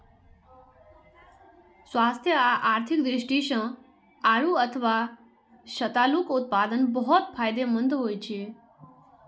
स्वास्थ्य आ आर्थिक दृष्टि सं आड़ू अथवा सतालूक उत्पादन बहुत फायदेमंद होइ छै